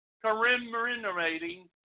commemorating